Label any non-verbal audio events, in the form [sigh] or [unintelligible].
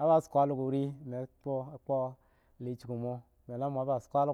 a ba sho awori ini kuk mo gre. [unintelligible] mela mua skwalo.